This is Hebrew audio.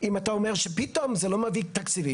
אם אתה אומר שפתאום זה לא מביא תקציבים?